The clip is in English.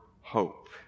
hope